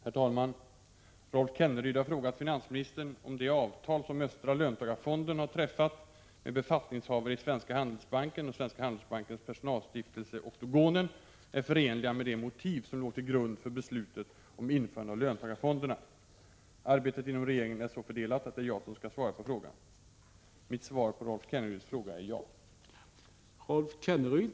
Östra löntagarfonden har erbjudit 18 högre befattningshavare i Handelsbanken att köpa av fonden utfärdade köpoptioner med aktier i nämnda bank som underliggande papper. Liknande avtal har också träffats med bankens personalägda stiftelse Oktagonen samt erbjudits medlemmar i Aktiespararnas riksförbund. Är dessa avtal förenliga med de motiv som låg till grund för beslutet om införande av löntagarfonderna?